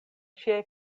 ŝiaj